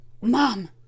mom